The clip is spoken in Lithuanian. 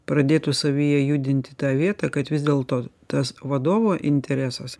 pradėtų savyje judinti tą vietą kad vis dėlto tas vadovo interesas